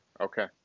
Okay